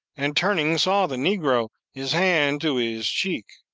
and turning, saw the negro, his hand to his cheek.